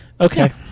Okay